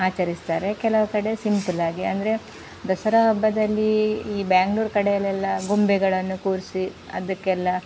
ಆಚರಿಸ್ತಾರೆ ಕೆಲವು ಕಡೆ ಸಿಂಪಲ್ಲಾಗಿ ಅಂದರೆ ದಸರಾ ಹಬ್ಬದಲ್ಲಿ ಈ ಬ್ಯಾಂಗ್ಳೂರ್ ಕಡೆಯಲ್ಲೆಲ್ಲ ಗೊಂಬೆಗಳನ್ನು ಕೂರಿಸಿ ಅದಕ್ಕೆಲ್ಲ